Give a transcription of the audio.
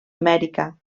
amèrica